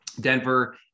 Denver